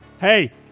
Hey